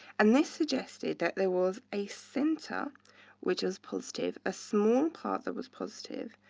and they suggested that there was a center which was positive, a small part that was positive,